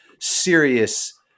serious